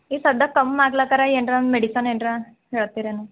ಈಗ ಸದ್ದಕ್ ಕಮ್ ಮಾಡ್ಲತ್ತರ ಎಂಡ್ರ ಒನ್ ಮೆಡಿಸನ್ ಎಂಡ್ರ ಹೇಳ್ತಿರೇನು